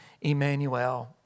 Emmanuel